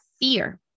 fear